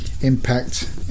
impact